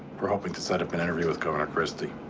we're hoping to set up an interview with governor christie.